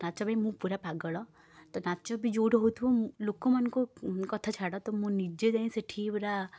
ନାଚପାଇଁ ମୁଁ ପୂରା ପାଗଳ ତ ନାଚ ବି ଯେଉଁଠି ହେଉଥିବ ମୁଁ ଲୋକମାନଙ୍କୁ କଥା ଛାଡ଼ ତ ମୁଁ ନିଜେ ଯାଇ ସେଇଠି ପୁରା